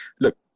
look